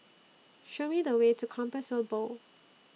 Show Me The Way to Compassvale Bow